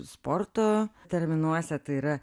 sporto terminuose tai yra